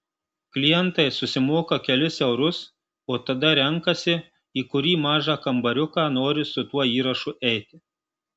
klientai susimoka kelis eurus o tada renkasi į kurį mažą kambariuką nori su tuo įrašu eiti